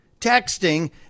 texting